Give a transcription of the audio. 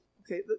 okay